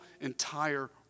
entire